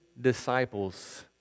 disciples